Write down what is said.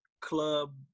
club